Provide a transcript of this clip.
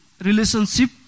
relationship